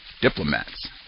diplomats